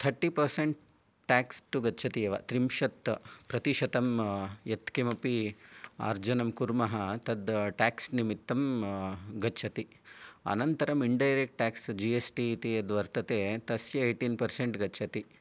thirty percent tax तु गच्छति एव त्रिंशत् प्रतिशतम् यत्किमपि आर्जनं कुर्मः तद् टेक्स् निमित्तं गच्छति अनन्तरं indirect tax G S T इति यत् वर्तते तस्य एय्टीन् परसेन्ट् गच्छति